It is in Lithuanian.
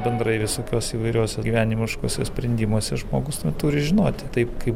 bendrai visokios įvairiose gyvenimiškuose sprendimuose žmogus nu turi žinoti taip kaip